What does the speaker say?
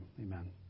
amen